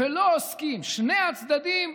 ולא עוסקים, שני הצדדים,